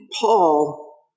Paul